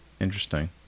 Interesting